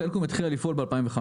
סלקום T.V התחילה לפעול ב-2015.